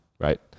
right